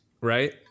right